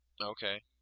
Okay